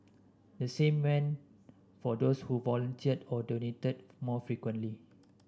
the same went for those who volunteered or donated more frequently